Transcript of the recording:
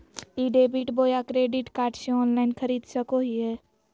ई debit बोया credit card से online खरीद सको हिए?